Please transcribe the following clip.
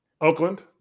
Oakland